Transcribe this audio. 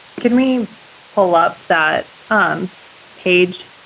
can we pull up that um page?